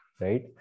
right